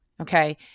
okay